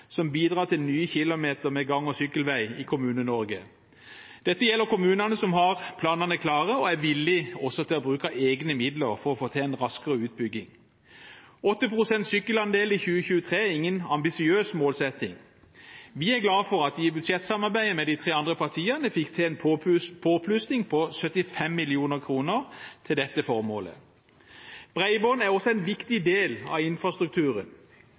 som bidrar til nye kilometer med gang- og sykkelvei i Kommune-Norge. Dette gjelder kommunene som har planene klare, og som er villige til å bruke av egne midler for å få til en raskere utbygging. 8 pst. sykkelandel innen 2023 er ingen ambisiøs målsetting. Vi er glade for at vi i budsjettsamarbeidet med de tre andre partiene fikk til en påplussing på 75 mill. kr til dette formålet. Bredbånd er også en viktig del av infrastrukturen.